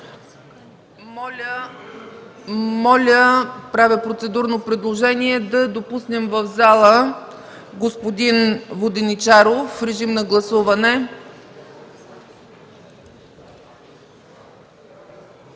Моля, правя процедурно предложение да допуснем в пленарната зала господин Воденичаров. Моля, режим на гласуване.